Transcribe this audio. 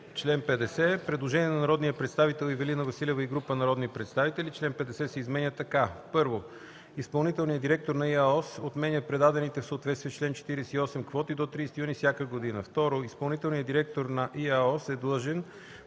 Предложение на народния представител Ивелина Василева и група народни представители – чл. 50 се изменя така: „Чл. 50. (1) Изпълнителният директор на ИАОС отменя предадените в съответствие с чл. 48 квоти до 30 юни всяка година. (2) Изпълнителният директор на ИАОС е длъжен